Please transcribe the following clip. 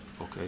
Okay